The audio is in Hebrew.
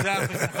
זה על חשבונך,